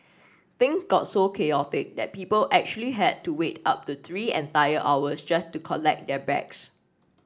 thing got so chaotic that people actually had to wait up to three entire hours just to collect their bags